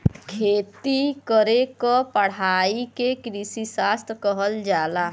खेती करे क पढ़ाई के कृषिशास्त्र कहल जाला